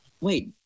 Wait